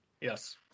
yes